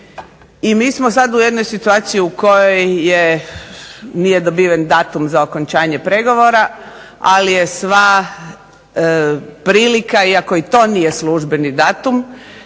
i mi smo sada u jednoj situaciji u kojoj nije dobiven datum okončanje pregovora ali je sva prilika iako i to nije službeni datum,